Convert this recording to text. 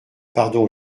pardon